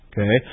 Okay